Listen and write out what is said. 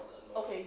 okay